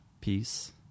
peace